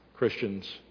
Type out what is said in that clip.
Christians